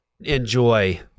enjoy